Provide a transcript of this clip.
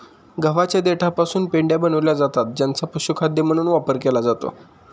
गव्हाच्या देठापासून पेंढ्या बनविल्या जातात ज्यांचा पशुखाद्य म्हणून वापर केला जातो